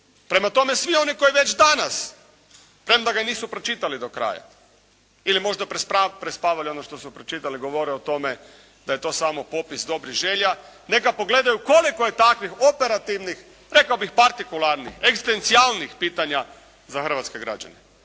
Prema tome svi oni koji već danas premda ga nisu pročitali do kraja ili možda prespavali ono što su pročitali govore o tome da je to samo popis dobrih želja, neka pogledaju koliko je takvih operativnih, rekao bih partikularnih, egzistencijalnih pitanja za hrvatske građane.